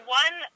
one